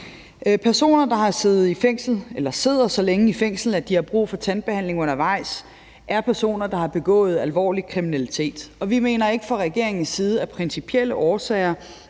Personer, der sidder så længe i fængsel, at de har brug for tandbehandling undervejs, er personer, der har begået alvorlig kriminalitet, og vi mener ikke fra regeringens side af principielle årsager,